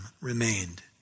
remained